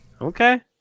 Okay